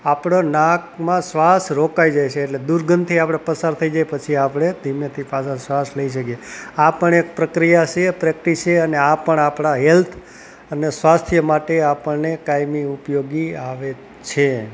આપણા નાકમાં શ્વાસ રોકાઈ જાય છે એટલે દુર્ગંધથી આપણે પસાર થઈ જઈએ પછી આપણે ધીમેથી પાછા શ્વાસ લઈ શકીએ આ પણ એક પ્રક્રિયા છે પ્રેક્ટિસ છે અને આ પણ આપણી હેલ્થ અને સ્વાસ્થ્ય માટે આપણને કાયમી ઉપયોગી આવે છે